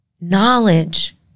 knowledge